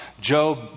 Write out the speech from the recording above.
Job